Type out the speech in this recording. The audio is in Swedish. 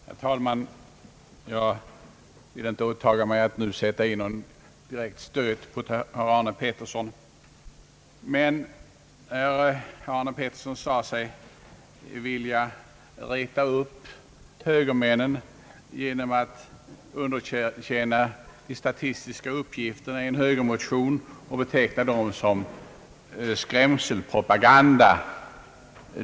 Herr talman! Jag vill inte åtaga mig att nu sätta in någon direkt stöt mot herr Arne Pettersson. Herr Arne Pettersson sade sig dock vilja reta upp högermännen genom att underkänna de statistiska uppgifterna i en högermotion och betecknade dem såsom skrämselpropaganda.